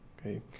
okay